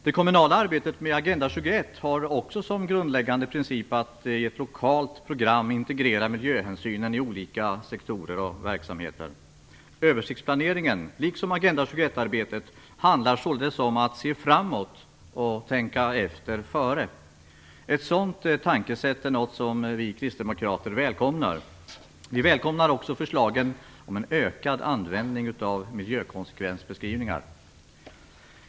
Det kommunala arbetet med Agenda 21 har också som grundläggande princip att i ett lokalt program integrera miljöhänsynen i olika sektorer och verksamheter. Översiktsplaneringen, liksom Agenda 21 arbetet, handlar således om att se framåt och om att tänka efter - före. Ett sådant tankesätt är något som vi kristdemokrater välkomnar. Vi välkomnar också förslagen om en ökad användning av miljökonsekvensbeskrivningar.